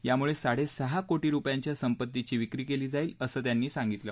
यामुळे साडेसहा कोटी रूपयांच्या संपत्तीची विक्री केली जाईल असं त्यांनी सांगितलं